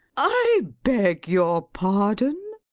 i beg your pardon?